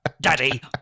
Daddy